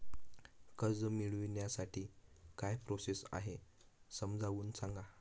कर्ज मिळविण्यासाठी काय प्रोसेस आहे समजावून सांगा